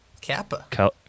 Kappa